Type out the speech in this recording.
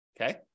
Okay